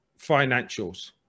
financials